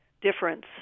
difference